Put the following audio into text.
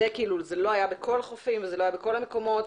זה לא היה בכל החופים ולא היה בכל המקומות,